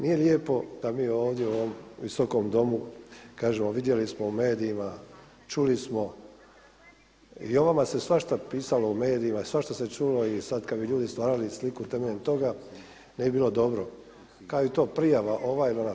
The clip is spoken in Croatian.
Nije lijepo da mi ovdje u ovom Visokom domu kažemo vidjeli smo u medijima, čuli smo i o vama se svašta pisalo u medijima, svašta se čuli i sada kada bi ljudi stvarali sliku na temelju toga ne bi bilo dobro, kao i to prijava ova ili ona.